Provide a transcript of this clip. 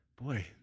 Boy